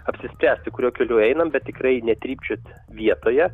apsispręsti kuriuo keliu einam bet tikrai netrypčiot vietoje